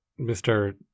Mr